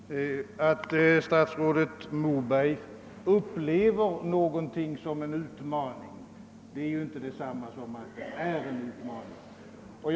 Herr talman! Att statrådet Moberg upplever någonting som en utmaning är inte detsamma som att det är en utmaning.